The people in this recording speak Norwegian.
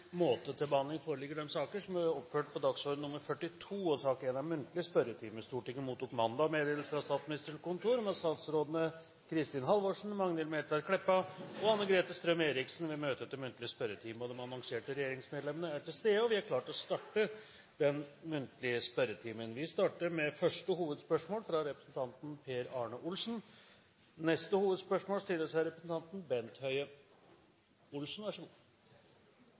måte. Stortinget mottok mandag meddelelse fra Statsministerens kontor om at statsrådene Kristin Halvorsen, Magnhild Meltveit Kleppa og Anne-Grete Strøm-Erichsen vil møte til muntlig spørretime. De annonserte regjeringsmedlemmene er til stede, og vi er klare til å starte den muntlige spørretimen. Vi starter da med første hovedspørsmål, fra representanten Per Arne Olsen.